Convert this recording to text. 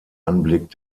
anblick